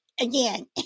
Again